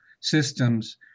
systems